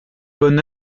bonne